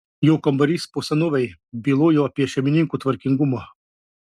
jo kambarys po senovei bylojo apie šeimininko tvarkingumą